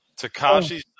Takashi